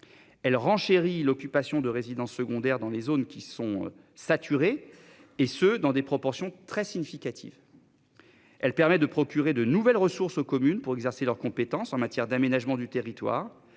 Elle renchérit l'occupation de résidences secondaires dans les zones qui sont saturés et ce dans des proportions très significative. Elle permet de procurer de nouvelles ressources communes pour exercer leurs compétences en matière d'aménagement du territoire.